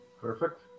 Perfect